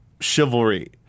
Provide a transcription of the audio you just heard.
chivalry